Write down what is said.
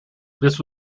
this